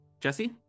Jesse